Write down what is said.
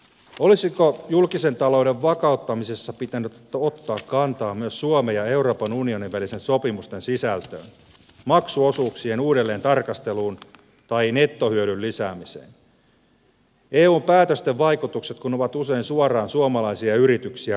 olisiko julkisen talouden vakauttamisessa pitänyt ottaa kantaa myös suomen ja euroopan unionin välisten sopimusten sisältöön maksuosuuksien uudelleen tarkasteluun tai nettohyödyn lisäämiseen eun päätösten vaikutukset kun ovat usein suoraan suomalaisia yrityksiä rokottavia